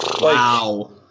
Wow